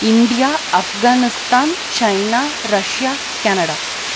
India Afghanistan China Russia Canada